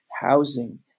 housing